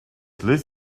this